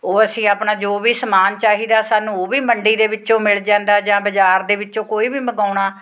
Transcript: ਉਹ ਅਸੀਂ ਆਪਣਾ ਜੋ ਵੀ ਸਮਾਨ ਚਾਹੀਦਾ ਸਾਨੂੰ ਉਹ ਵੀ ਮੰਡੀ ਦੇ ਵਿੱਚੋਂ ਮਿਲ ਜਾਂਦਾ ਜਾਂ ਬਾਜ਼ਾਰ ਦੇ ਵਿੱਚੋਂ ਕੋਈ ਵੀ ਮੰਗਵਾਉਣਾ